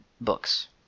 books